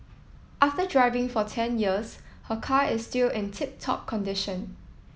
after driving for ten years her car is still in tip top condition